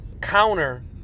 counter